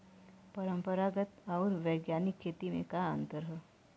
परंपरागत आऊर वैज्ञानिक खेती में का अंतर ह?